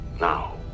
Now